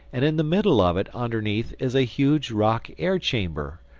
and in the middle of it, underneath, is a huge rock air-chamber,